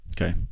Okay